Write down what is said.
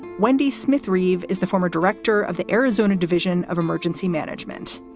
wendy smith raev is the former director of the arizona division of emergency management,